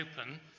open